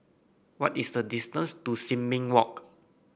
what is the distance to Sin Ming Walk